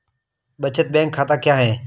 बचत बैंक खाता क्या है?